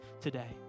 today